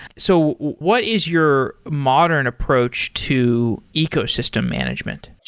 so what is your modern approach to ecosystem management?